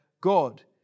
God